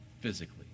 physically